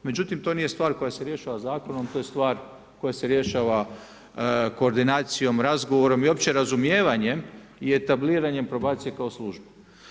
Međutim to nije stvar koja se rješava zakonom to je stvar koja se rješava koordinacijom, razgovorom i opće razumijevanjem i etabliranjem probacije kao službe.